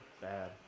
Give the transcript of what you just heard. bad